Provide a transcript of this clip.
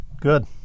Good